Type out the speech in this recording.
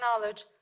knowledge